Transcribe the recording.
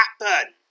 happen